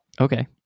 Okay